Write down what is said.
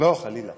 לא, חלילה.